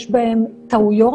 יש בהם טעויות,